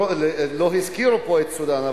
לא הזכירו פה את סודן,